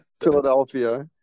Philadelphia